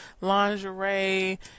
lingerie